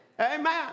Amen